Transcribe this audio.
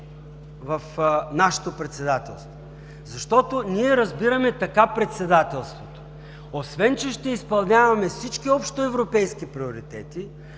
в нашето председателство? Защото, ние разбираме така председателството – освен, че ще изпълняваме всички общоевропейски приоритети,